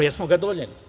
Jesmo ga doneli?